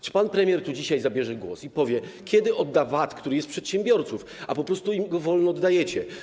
Czy pan premier tu dzisiaj zabierze głos i powie, kiedy odda VAT, który jest przedsiębiorców, a po prostu im go wolno oddajecie?